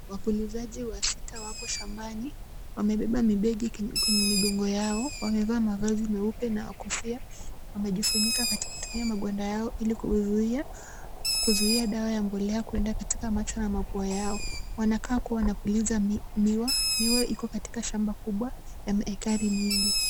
Wapulizaji wasita wako shambani, wamebeba mibegi kwenye migongo yao, wamevaa mavazi nyeupe na kofia. Wamejifunika kutumia magwanda yao ili kuzuia dawa ya mbolea kwenda katika macho na mapua yao. Wanakaa kuwa wanapuliza miwa, miwa iko katika shamba kubwa ya maekari mingi.